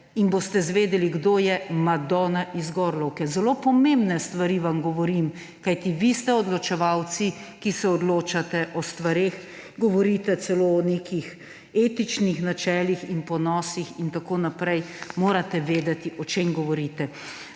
in boste izvedeli, kdo je Madona iz Gorlovke. Zelo pomembne stvari vam govorim, kajti vi ste odločevalci, ki se odločate o stvareh, govorite celo o nekih etičnih načelih in ponosih in tako naprej, morate vedeti, o čem govorite.